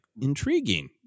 intriguing